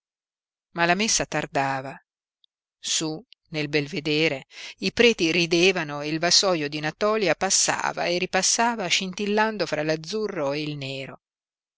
ma la messa tardava su nel belvedere i preti ridevano e il vassoio di natòlia passava e ripassava scintillando fra l'azzurro e il nero